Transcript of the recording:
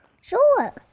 Sure